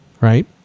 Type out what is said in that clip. right